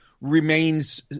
remains